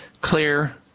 clear